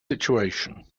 situation